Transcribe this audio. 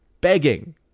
begging